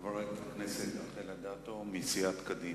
חברת הכנסת רחל אדטו מסיעת קדימה,